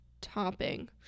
Topping